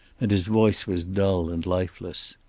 and his voice was dull and lifeless.